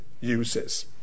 uses